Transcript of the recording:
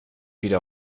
wieder